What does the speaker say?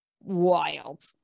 wild